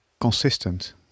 consistent